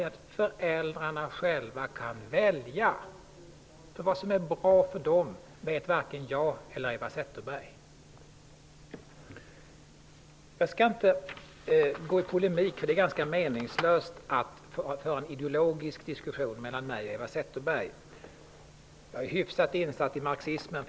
Det är när föräldrarna själva kan välja -- vad som är bra för dem vet varken jag eller Jag skall inte gå i polemik -- det är ganska meningslöst att Eva Zetterberg och jag för en ideologisk diskussion. Jag är hyfsat insatt i marxismen.